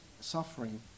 suffering